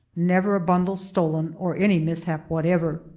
never a bundle stolen or any mishap whatever.